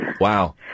Wow